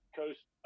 coast